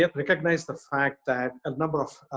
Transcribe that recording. yeah recognize the fact that a number of,